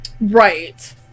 Right